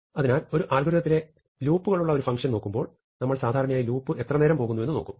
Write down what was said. അതിനാൽ ഒരു അൽഗോരിതത്തിലെ ലൂപ്പുള്ള ഒരു ഫംഗ്ഷൻ നോക്കുമ്പോൾ നമ്മൾ സാധാരണയായി ലൂപ്പ് എത്രനേരം പോകുന്നുവെന്ന് നോക്കും